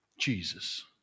Jesus